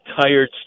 tired